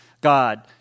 God